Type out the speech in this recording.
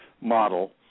model